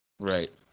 Right